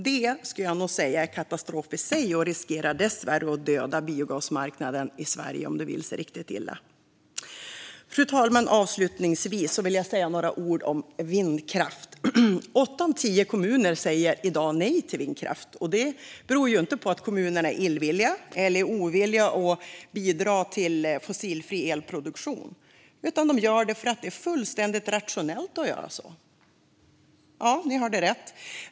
Det skulle jag nog säga är en katastrof i sig, och det riskerar dessvärre att döda biogasmarknaden i Sverige om det vill sig riktigt illa. Fru talman! Avslutningsvis vill jag säga några ord om vindkraft. Åtta av tio kommuner säger i dag nej till vindkraft. Det beror inte på att kommunerna är illvilliga eller ovilliga att bidra till fossilfri elproduktion, utan de gör så för att det är fullständigt rationellt. Ja, ni hörde rätt.